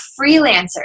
freelancer